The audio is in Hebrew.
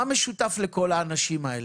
מה משותף לכל האנשים האלה?